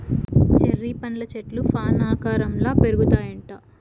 cherry పండ్ల చెట్లు fan ఆకారంల పెరుగుతాయిట